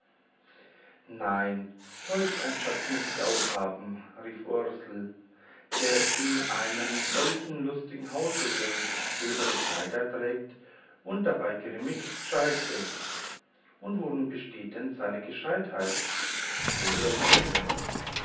nein solch einen schatz muß ich auch haben rief ursel der in einem so großen lustigen hause wohnt silberne kleider trägt und dabei grimmig gescheit ist und worin besteht denn seine gescheitheit grete erwiderte